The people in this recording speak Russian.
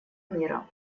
мира